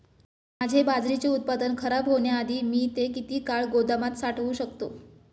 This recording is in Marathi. माझे बाजरीचे उत्पादन खराब होण्याआधी मी ते किती काळ गोदामात साठवू शकतो?